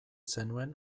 zenuen